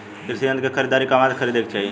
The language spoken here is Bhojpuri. कृषि यंत्र क खरीदारी कहवा से खरीदे के चाही?